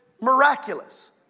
miraculous